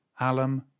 Alam